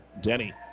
Denny